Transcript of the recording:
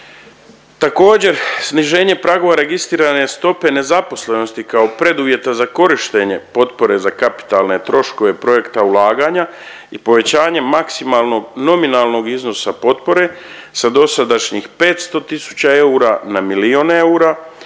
Također, sniženje pragova registrirane stope nezaposlenosti kao preduvjeta za korištenje potpore za kapitalne troškove projekta ulaganja i povećanje maksimalnog nominalnog iznosa potpore sa dosadašnjih 500 tisuća eura na milijun eura,